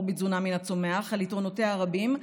בתזונה מן הצומח על יתרונותיה הרבים,